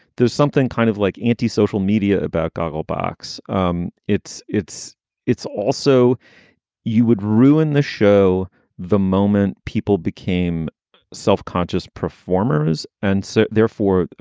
there's something kind of like anti-social media about gogglebox um it's it's it's also you would ruin the show the moment people became self-conscious performers. and so therefore,